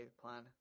plan